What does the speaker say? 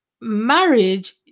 marriage